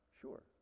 sure